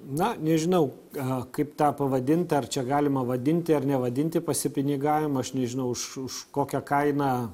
na nežinau a kaip tą pavadint ar čia galima vadinti ar nevadinti pasipinigavimu aš nežinau už už kokią kainą